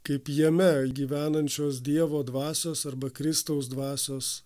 kaip jame gyvenančios dievo dvasios arba kristaus dvasios